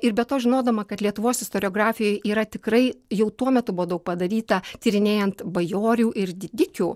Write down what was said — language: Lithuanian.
ir be to žinodama kad lietuvos istoriografijoj yra tikrai jau tuo metu buvo daug padaryta tyrinėjant bajorių ir didikių